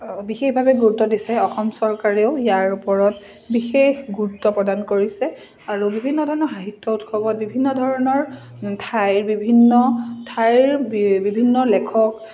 বিশেষভাৱে গুৰুত্ব দিছে অসম চৰকাৰেও ইয়াৰ ওপৰত বিশেষ গুৰুত্ব প্ৰদান কৰিছে আৰু বিভিন্ন ধৰণৰ সাহিত্য উৎসৱত বিভিন্ন ধৰণৰ ঠাইৰ বিভিন্ন ঠাইৰ বিভিন্ন লেখক